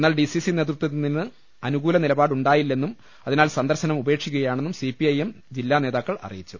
എന്നാൽ ഡിസിസി നേതൃത്വത്തിൽ നിന്ന് അനുകൂല നിലപാട് ഉണ്ടായില്ലെന്നും അതിനാൽ സന്ദർശനം ഉപേക്ഷിക്കുക യാണെന്നും സിപിഐഎം ജില്ലാ നേതാക്കൾ അറിയിച്ചു